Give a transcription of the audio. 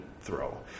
throw